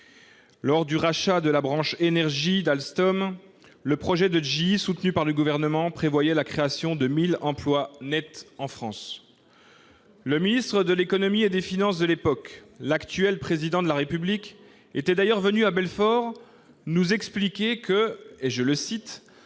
Lors du rachat de la branche énergie d'Alstom, le projet de GE, soutenu par le Gouvernement, prévoyait la création de 1 000 emplois nets en France. Le ministre de l'économie et des finances de l'époque, l'actuel Président de la République, était d'ailleurs venu à Belfort. Permettez-moi